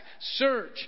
search